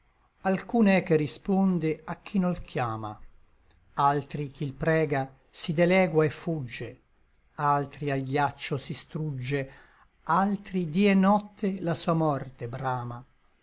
alcun è che risponde a chi nol chiama altri chi il prega si delegua et fugge altri al ghiaccio si strugge altri dí et notte la sua morte brama